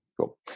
cool